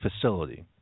facility